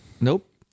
Nope